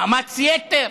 מאמץ יתר.